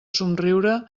somriure